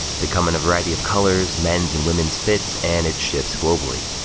they come in a variety of colors, men's and women's fits, and it ships globally.